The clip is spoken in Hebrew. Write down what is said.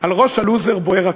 על ראש הלוזר בוער הכובע.